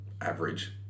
average